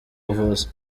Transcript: buvuzi